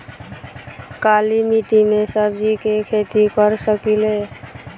काली मिट्टी में सब्जी के खेती कर सकिले?